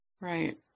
Right